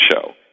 show